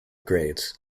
grades